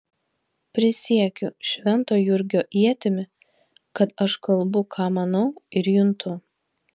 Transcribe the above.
prisiekiu švento jurgio ietimi kad aš kalbu ką manau ir juntu